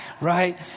right